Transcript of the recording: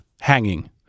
hanging